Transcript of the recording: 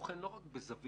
שבוחן לא רק בזווית,